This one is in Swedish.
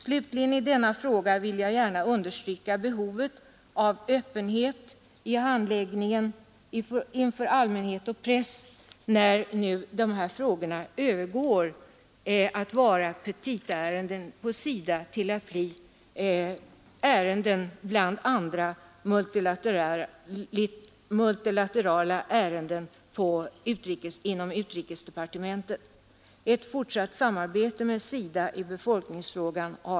Slutligen i denna fråga vill jag gärna understryka behovet av öppenhet i handläggningen inför allmänhet och press när nu de här frågorna övergår från att vara petitaärenden på SIDA till att bli ärenden bland andra multilaterala ärenden inom utrikesdepartementet. Alla har förutsatt ett fortsatt samarbete med SIDA i befolkningsfrågan.